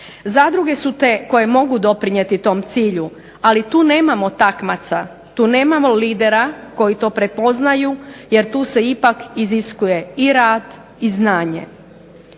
Zadruge su te koje mogu doprinijeti tom cilju, ali tu nemamo takmaca, tu nemamo lidera koji to prepoznaju jer tu se ipak iziskuje i rad i znanje.